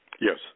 Yes